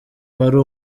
wari